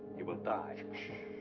he will die.